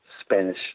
Spanish